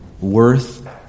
worth